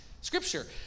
scripture